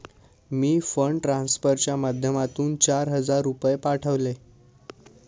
मी fund ट्रान्सफरच्या माध्यमातून चार हजार रुपये पाठवले